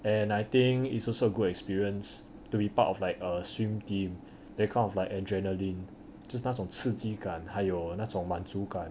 and I think is also good experience to be part of like a swim team they kind of like adrenaline 就是那种刺激感还有那种满足感